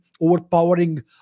overpowering